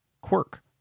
quirk